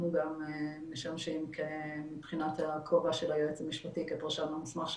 גם משמשים מבחינת הכובע של היועץ המשפטי כפרשן המוסמך של